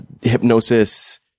hypnosis